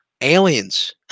aliens